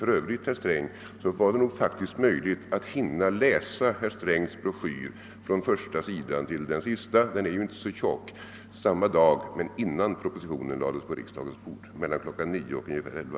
För övrigt, herr Sträng, var det nog faktiskt möjligt att hinna läsa herr Strängs broschyr från första sidan till den sista — den är ju inte så tjock — samma dag som propositionen kom men innan den lades på riksdagens bord, alltså i stort sett mellan kl. 9 och kl. 11.